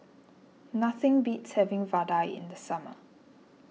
nothing beats having Vadai in the summer